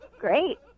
Great